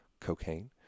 cocaine